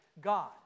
God